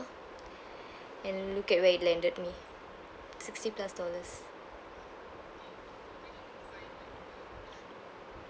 and look at where it landed me sixty plus dollars